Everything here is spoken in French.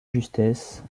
justesse